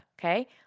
okay